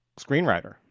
screenwriter